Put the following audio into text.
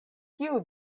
kiu